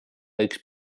üks